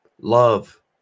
love